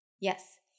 Yes